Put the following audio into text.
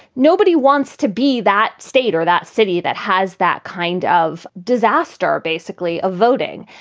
nobody wants to be that state or that city that has that kind of disaster, basically of voting.